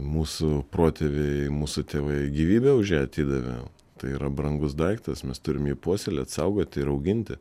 mūsų protėviai mūsų tėvai gyvybę už ją atidavė tai yra brangus daiktas mes turim jį puoselėt saugot ir auginti